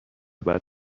بعد